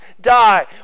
die